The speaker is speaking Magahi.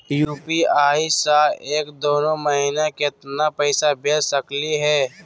यू.पी.आई स एक दिनो महिना केतना पैसा भेज सकली हे?